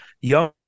Young